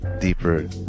deeper